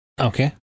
okay